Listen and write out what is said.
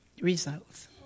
results